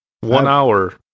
One-hour